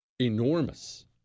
Enormous